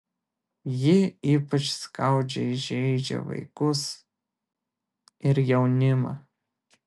ji ypač skaudžiai žeidžia vaikus ir jaunimą